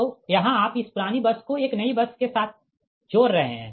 तो यहाँ आप इस पुरानी बस को एक नई बस के साथ जोड़ रहे है